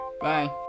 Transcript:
Bye